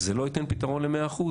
זה לא ייתן פתרון ל-100%?